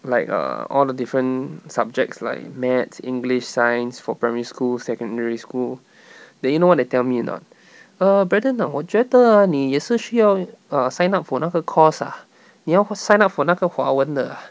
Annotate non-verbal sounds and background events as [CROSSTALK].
like err all the different subjects like maths english science for primary school secondary school [BREATH] then you know what they tell me or not [BREATH] uh brandon ah 我觉得啊你也是需要 uh sign up for 那个 course ah [BREATH] 你要 sign up for 那个华文的啊